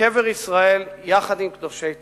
בקבר ישראל, יחד עם קדושי תרפ"ט.